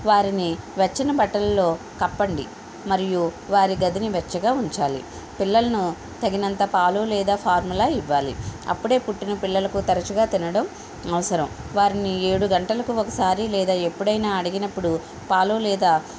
వారిని వెచ్చని బట్టలలో కప్పండి మరియు వారి గదిని వెచ్చగా ఉంచాలి పిల్లలను తగినంత పాలు లేదా ఫార్ములా ఇవ్వాలి అప్పుడే పుట్టిన పిల్లలకు తరచుగా తినడం అవసరం వారిని ఏడు గంటలకు ఒకసారి లేదా ఎప్పుడైనా అడిగినప్పుడు పాలు లేదా